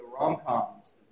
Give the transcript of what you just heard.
rom-coms